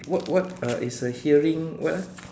what what uh it's a hearing what ah